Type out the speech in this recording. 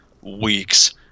weeks